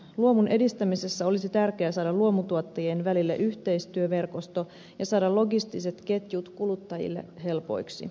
luomun edistämisessä olisi tärkeää saada luomutuottajien välille yhteistyöverkosto ja saada logistiset ketjut kuluttajille helpoiksi